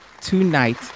tonight